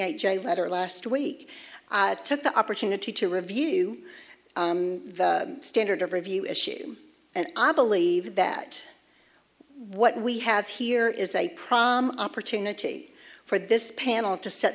eight j letter last week took the opportunity to review the standard of review issue and i believe that what we have here is a problem opportunity for this panel to set